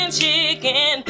chicken